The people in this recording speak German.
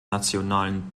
nationalen